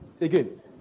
Again